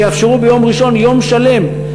שיאפשרו ביום ראשון יום שלם.